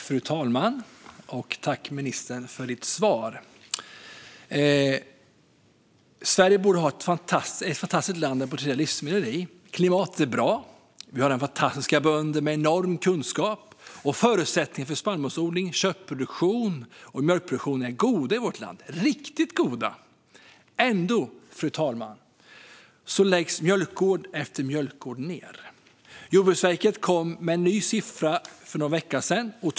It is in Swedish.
Fru talman! Tack, ministern, för ditt svar! Sverige borde vara ett fantastiskt land att producera livsmedel i. Klimatet är bra. Vi har fantastiska bönder med enorm kunskap, och förutsättningarna för spannmålsodling och kött och mjölkproduktion är riktigt goda i vårt land. Ändå, fru talman, läggs mjölkgård efter mjölkgård ned. Jordbruksverket kom för någon vecka sedan med en ny siffra.